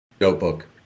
Notebook